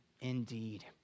indeed